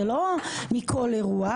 זה לא מכל אירוע,